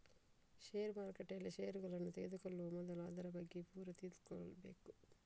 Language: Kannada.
ಷೇರು ಮಾರುಕಟ್ಟೆಯಲ್ಲಿ ಷೇರುಗಳನ್ನ ತೆಗೆದುಕೊಳ್ಳುವ ಮೊದಲು ಅದರ ಬಗ್ಗೆ ಪೂರ ತಿಳ್ಕೊಬೇಕು